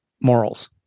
morals